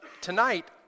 tonight